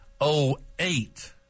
08